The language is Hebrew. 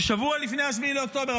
ששבוע לפני 7 באוקטובר,